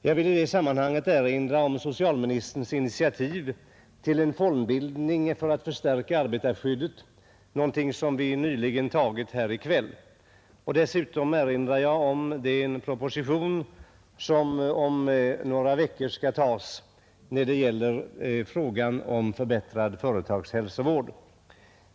Jag vill i detta sammanhang erinra om socialdemokratins initiativ till en fondbildning för att förstärka arbetarskyddet, ett förslag som vi antagit här i kväll. Dessutom erinrar jag om den proposition som skall behandlas om några veckor och som gäller förbättrad företagshälsovård.